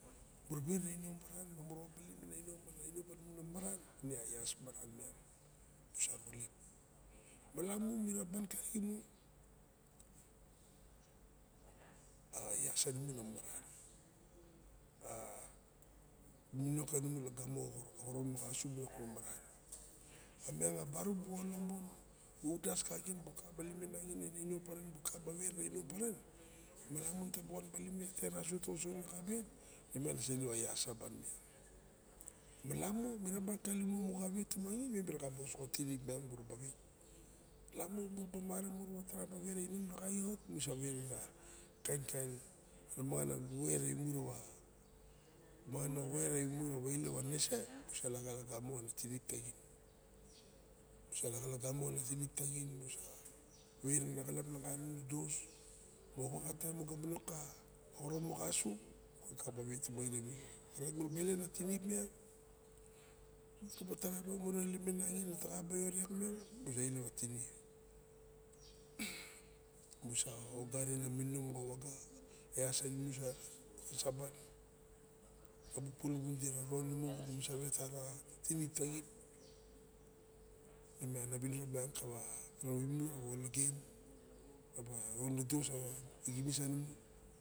Mura wera na inom parenm amura obalin kana inom mana inom panimu na waran ine a ias maran miang musa obalin malamu mira ban kaliximu a ias animu na maran a mininong kani lagamo bilok ka xoron maxa asu bilok lok maran barok bu olong mon mu wandas kaixiet mu kaba limen nangin ana inom paren mukaba wera ana inom paren malamu natabawan baling me terasu taoso nung kaxien nemiang nusa ilep a ias saban jmiun. Malamu mira ban talo mu xa wetumangin mem mi raxab osoxo tinip miang muraba xip. Lamu muaraba malamun muraba werana inom taraim musa eragarin kainkain namanagana bu wei mu rawa ilep a nenese musa laxa lagamo xa na tinip taxin musa werana xilap naka nodos moxawa xa taim mu ga manong ka xoron moxa asu mug a kaba wet tumangin anainom. Orait muraba ilep ana tinip miang muraba taraim a wtnangin nataba xaiot iak miang musa ilep ana tinip musa ogarin a mininong moxa waga ias sanimu sa saban abu puluwundiraron imu musa wera tinip taxin nemian ana winior rawa ropimu rawa olagen maonodaos a xinis animu.